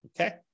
Okay